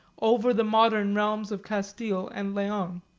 over the modern realms of castille and leon